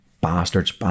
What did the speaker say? bastards